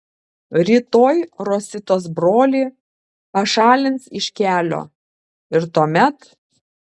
rytoj rositos brolį pašalins iš kelio ir tuomet